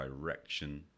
direction